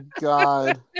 god